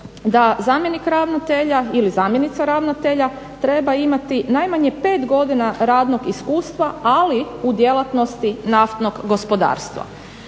da zamjenik ravnatelja ili zamjenica ravnatelja treba imati najmanje pet godina radnog iskustva ali u djelatnosti naftnog gospodarstva.